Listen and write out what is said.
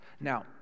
Now